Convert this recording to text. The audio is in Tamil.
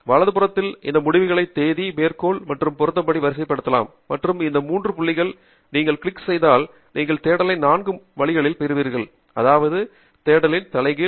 வலது புறத்தில் இந்த முடிவுகளை தேதி மேற்கோள்கள் மற்றும் பொருத்தப்படி வரிசைப்படுத்தலாம் மற்றும் இந்த 3 புள்ளிகளில் நீங்கள் கிளிக் செய்தால் நீங்கள் தேடலை 4 வழிகளில் பெறுவீர்கள் அதாவது தேடலின் தலைகீழ்